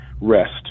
rest